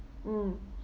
mm